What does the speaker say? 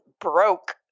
broke